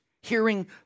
hearing